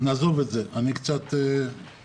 נעזוב את זה, אני קצת מובך.